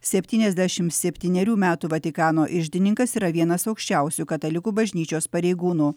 seotyniasdešimt septynerių metų vatikano iždininkas yra vienas aukščiausių katalikų bažnyčios pareigūnų